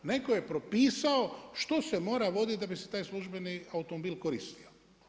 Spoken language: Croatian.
Netko je propisao što se mora voditi da bi se taj službeni automobil koristio.